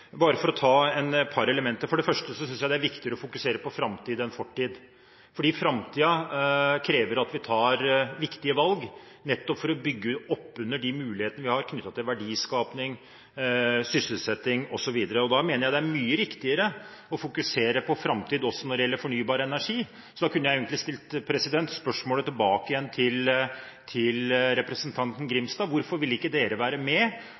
par elementer: For det første synes jeg det er viktigere å fokusere på framtid enn fortid, fordi framtiden krever at vi tar viktige valg, nettopp for å bygge opp under de mulighetene vi har knyttet til verdiskaping, sysselsetting osv. Da mener jeg det er mye riktigere å fokusere på framtid også når det gjelder fornybar energi. Så jeg kunne egentlig stilt spørsmålet tilbake til representanten Grimstad: Hvorfor vil en ikke være med og foreta en teknologinøytral meravskrivning innenfor sertifikatmarkedet? Hvorfor vil en ikke være med